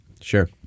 Sure